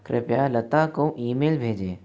कृपया लता को ईमेल भेजें